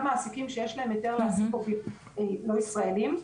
מעסיקים שיש להם היתר להעסיק עובדים לא ישראליים,